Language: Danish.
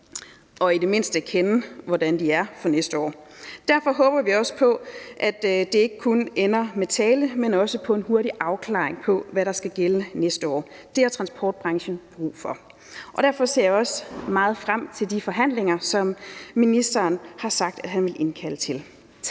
og i det mindste kende til, hvordan de er for næste år. Derfor håber vi også på, at det ikke kun ender med tale, men også med en hurtig afklaring på, hvad der skal gælde næste år. Det har transportbranchen brug for. Og derfor ser jeg også meget frem til de forhandlinger, som ministeren har sagt at han vil indkalde til.